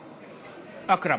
בשרירים.